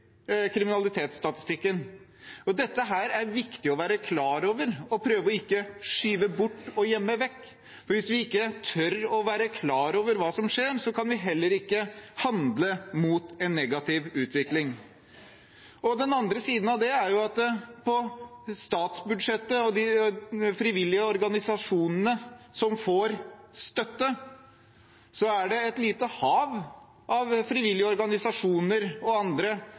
kriminalitetsstatistikken. Dette er det viktig å være klar over og ikke prøve å skyve bort og gjemme vekk, for hvis vi ikke tør å være klar over hva som skjer, kan vi heller ikke handle mot en negativ utvikling. Den andre siden av det er at på statsbudsjettet og blant de frivillige organisasjonene som får støtte, er det et lite hav av frivillige organisasjoner og andre